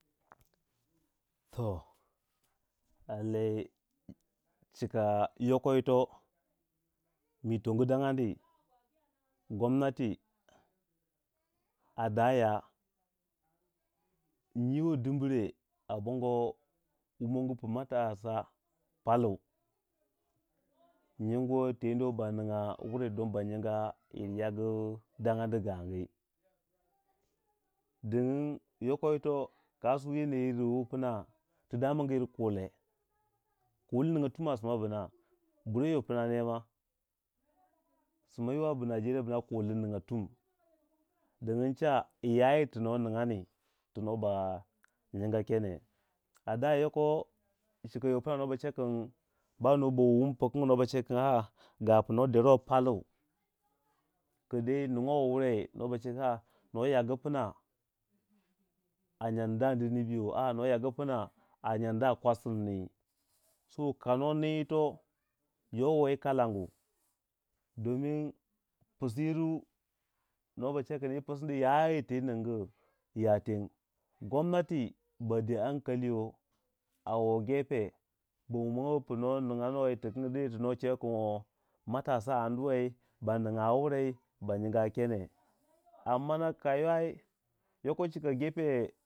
To lallai chik yoko yilo mi tongi dayandi gomnati ada ya nyiwo dimbre a bongo wumongu pu matasa palu nyingu teno ba ningya wurai dong ba nyinga yir yagu dangani gangu dingin yoko yito tu damamg yiru kule kulna tum a sima bina buryo pna ne ma sima yiwa bu Nigeria kuule ningya tum dingyin cha yi ya yir tu no ningyani pu nuwa ba nyinga kene, a daya yoko cika yo pna kin banoba wun pkngiu noba cekin a a ga pu no dero palu ki dei ningo wurai no yagu pna a nyan dani nibiyo aa a nyan dani kwapsir ni so ka noning ito yowei yi kalangu domin psiyiriu no ba chekin yi pisni yayir ti ningu ya teng, gomnati ba de ankali yo a wo gefe ba wumongo pno ninganou yitikingi tino chewei kin wong matasa anuwai bani ga wurai ba nyinga kene amma na kawaiye yukochuma gefe.